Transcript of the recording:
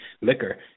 liquor